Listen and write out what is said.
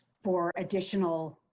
for additional